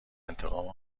انتقام